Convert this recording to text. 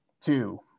two